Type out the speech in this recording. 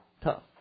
tough